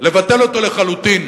לבטל אותו לחלוטין